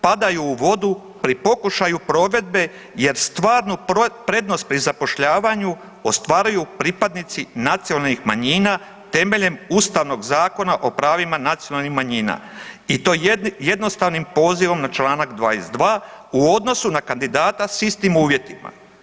Padaju u vodu pri pokušaju provedbe, jer stvarnu prednost pri zapošljavanju ostvaruju pripadnici nacionalnih manjina temeljem Ustavnog zakona o pravima nacionalnih manjina i to jednostavnim pozivom na članak 22. u odnosu na kandidata sa istim uvjetima.